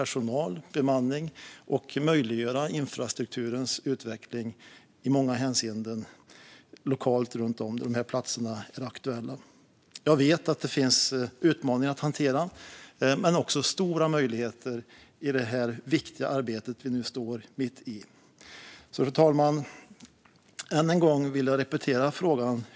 Det handlar om bemanning och om att möjliggöra infrastrukturens utveckling i många hänseenden på de aktuella platserna. Jag vet att det finns utmaningar att hantera, men det finns också stora möjligheter i det viktiga arbete som vi nu står mitt i. Fru talman! Än en gång vill jag repetera min fråga.